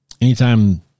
Anytime